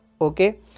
okay